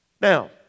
Now